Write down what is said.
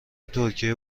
ترکیه